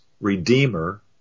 Redeemer